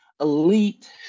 elite